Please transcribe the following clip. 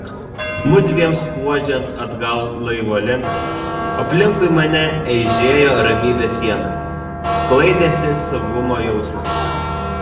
mudviem skuodžiant atgal laivo link aplinkui mane eižėjo ramybės siena sklaidėsi saugumo jausmas